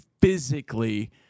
physically